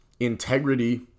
integrity